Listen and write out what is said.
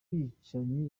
bicanyi